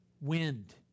wind